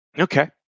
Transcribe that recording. Okay